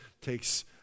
takes